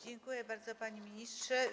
Dziękuję bardzo, panie ministrze.